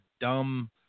dumb